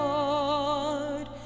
Lord